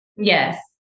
Yes